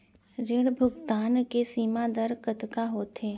ऋण भुगतान के सीमा दर कतका होथे?